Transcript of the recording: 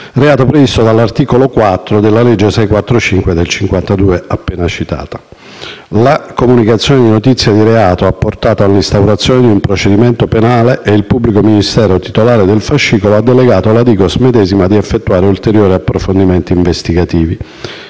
di cui all'articolo 4 della citata legge n. 645 del 1952. La comunicazione di notizia di reato ha portato all'instaurazione di un procedimento penale e il pubblico ministero titolare del fascicolo ha delegato la DIGOS medesima a effettuare ulteriori approfondimenti investigativi.